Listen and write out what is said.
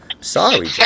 Sorry